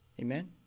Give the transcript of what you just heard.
Amen